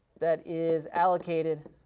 that is allocated